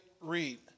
Read